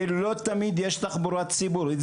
ולא תמיד יש תחבורה ציבורית.